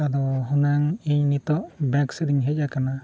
ᱟᱫᱚ ᱦᱩᱱᱟᱹᱝ ᱤᱧ ᱱᱤᱛᱳᱜ ᱵᱮᱝᱠ ᱥᱮᱫᱼᱤᱧ ᱦᱮᱡ ᱟᱠᱟᱱᱟ